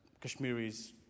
Kashmiri's